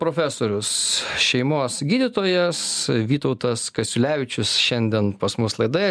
profesorius šeimos gydytojas vytautas kasiulevičius šiandien pas mus laidoje